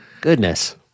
Goodness